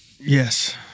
Yes